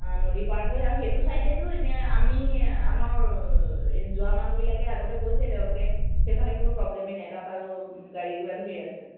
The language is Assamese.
নদী পাৰ হৈ আৰু সেইটো ছাইডেতো এতিয়া আমি আমাৰ এই যোৱা মানুহবিলাকে আগতে কৈছে তেওঁলোকে সেইফালে কোনো প্ৰব্লেমেই নাই তাত আৰু গাড়ী ঘূৰা ধেৰ আছে